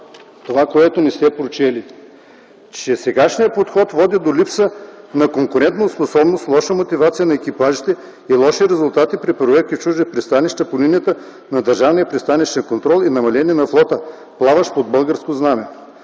това, което не сте прочели, е, че сегашният подход води до липса на конкурентоспособност, лоша мотивация на екипажите, лоши резултати при проверки в чужди пристанища по линията на държавния пристанищен контрол и намаление на флота, плаващ под българско знаме.